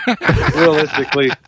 Realistically